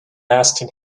asking